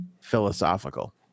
philosophical